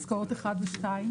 איפה הורדת יוקר המחיה בסיפור הזה?